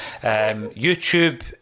YouTube